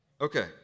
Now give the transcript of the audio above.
Okay